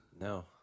No